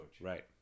right